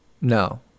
No